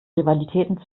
rivalitäten